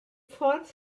ffordd